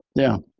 yeah.